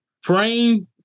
frame